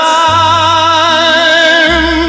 time